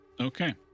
Okay